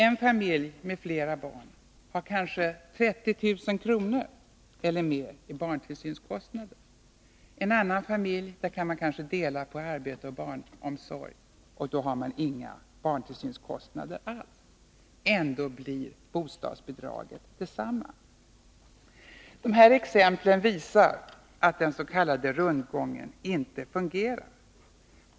En familj med flera barn har kanske 30 000 kr. eller mer i barntillsynskostnader, en annan kanske kan dela på arbete och barnomsorg, och då har man inga barntillsynskostnader alls. Ändå blir bostadsbidragen desamma. De här exemplen visar att den s.k. rundgången inte fungerar.